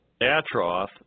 Atroth